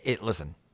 Listen